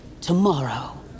Tomorrow